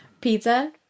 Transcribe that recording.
pizza